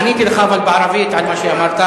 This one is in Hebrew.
עניתי לך, אבל בערבית, על מה שאמרת.